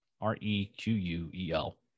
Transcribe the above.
R-E-Q-U-E-L